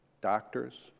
doctors